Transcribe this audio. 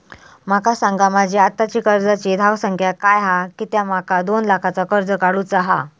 माका सांगा माझी आत्ताची कर्जाची धावसंख्या काय हा कित्या माका दोन लाखाचा कर्ज काढू चा हा?